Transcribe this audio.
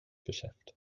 geschäft